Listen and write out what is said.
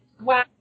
Wow